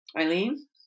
Eileen